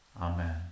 Amen